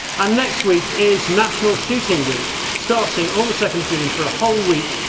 and next week is national shooting week. starting on the second june for a whole week.